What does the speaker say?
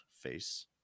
face